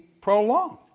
prolonged